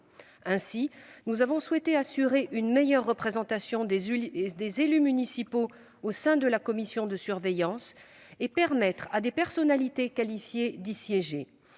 ainsi, nous avons souhaité assurer une meilleure représentation des élus municipaux au sein de la commission de surveillance et permettre à des personnalités qualifiées d'y siéger.